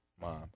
mom